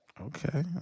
Okay